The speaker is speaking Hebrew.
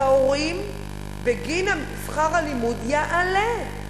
המחירים וההשתתפות של ההורים בגין שכר הלימוד יעלו.